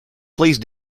please